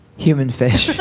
human fish.